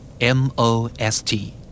M-O-S-T